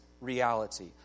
reality